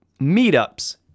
Meetups